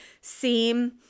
seem